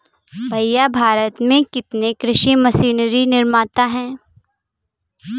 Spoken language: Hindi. भैया भारत में कितने कृषि मशीनरी निर्माता है?